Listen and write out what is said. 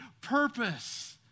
purpose